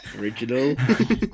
original